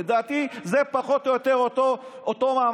לדעתי זה פחות או יותר אותו מעמד,